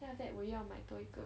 then after that 我又要买多一个